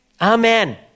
Amen